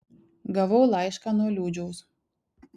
gavau laišką nuo liūdžiaus